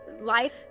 life